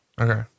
okay